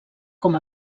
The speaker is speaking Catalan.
com